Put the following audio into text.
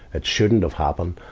it shouldn't have happened,